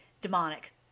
demonic